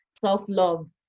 self-love